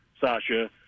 Sasha